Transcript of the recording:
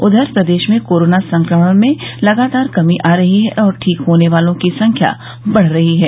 उधर प्रदेश में कोरोना संक्रमण में लगातार कमी आ रही है और ठीक होने वालों की संख्या बढ़ रही है